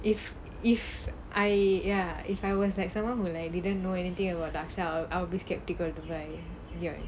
if I ya if I was like someone who like didn't know anything about dakshar I'll I'll be skeptical to buy ya